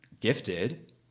gifted